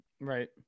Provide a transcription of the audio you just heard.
Right